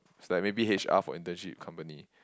it's like maybe H_R for internship company